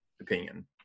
opinion